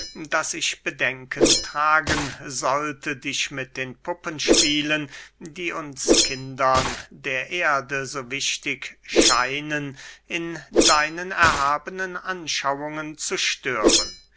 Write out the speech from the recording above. daß ich bedenken tragen sollte dich mit den puppenspielen die uns kindern der erde so wichtig scheinen in deinen erhabenen anschauungen zu stören